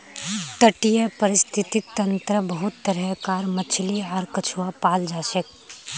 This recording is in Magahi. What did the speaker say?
तटीय परिस्थितिक तंत्रत बहुत तरह कार मछली आर कछुआ पाल जाछेक